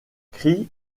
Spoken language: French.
cris